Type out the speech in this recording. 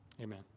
Amen